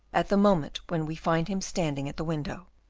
at the moment when we find him standing at the window.